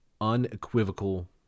unequivocal